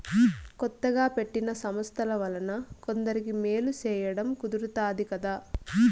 కొత్తగా పెట్టిన సంస్థల వలన కొందరికి మేలు సేయడం కుదురుతాది కదా